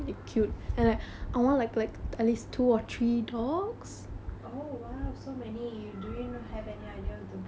oh !wow! so many do you have any idea the breeds you seem to know a lot about but about dogs you wanna explain